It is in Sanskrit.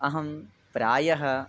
अहं प्रायः